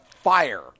fire